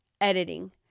editing